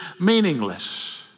meaningless